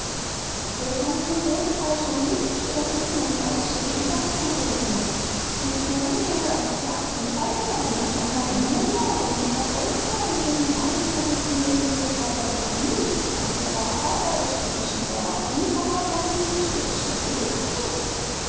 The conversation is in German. wir sandten boten aus um hilfe zu erbitten und weiße jäger zu rufen in uhehe jagten drei herren ein langer engländer und ein dicker deutscher mit dem alten berühmten löwentöter ben hamid der ein dünner araber ist und dessen rohr wie bana bundukis büchse immer trifft